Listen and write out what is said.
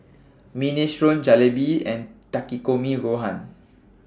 Minestrone Jalebi and Takikomi Gohan